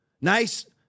Nice